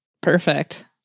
Perfect